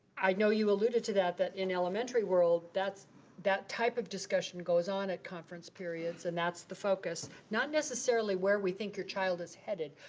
i know you alluded to that, that in elementary world, that type of discussion goes on at conference periods and that's the focus, not necessarily where we think your child is headed,